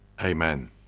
amen